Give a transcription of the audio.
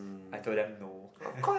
I told them no